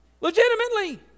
Legitimately